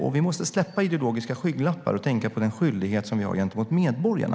Vi måste släppa ideologiska skygglappar och tänka på den skyldighet vi har gentemot medborgarna.